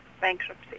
Bankruptcy